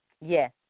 Yes